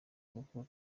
kuko